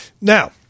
Now